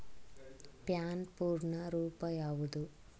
PAN ಪೂರ್ಣ ರೂಪ ಯಾವುದು?